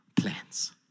plans